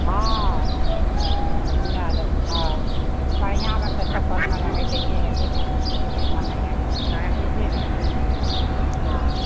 हँ लए लेब हँ बढ़िआँमेसँ चप्पल महग होयतै जे होयतै से नेने ऐहऽ हँ